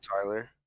Tyler